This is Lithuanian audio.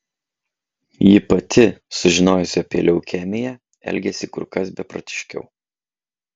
ji pati sužinojusi apie leukemiją elgėsi kur kas beprotiškiau